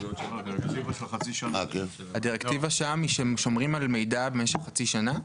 הדירקטיבה שם היא שהם שומרים על מידע במשך חצי שנה?